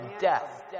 death